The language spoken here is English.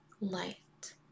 light